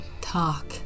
Talk